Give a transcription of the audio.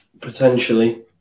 Potentially